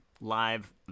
live